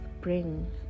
bring